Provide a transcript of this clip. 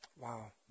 Wow